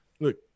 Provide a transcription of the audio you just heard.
Look